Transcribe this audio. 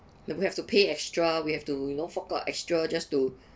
that we have to pay extra we have to you know fork out extra just to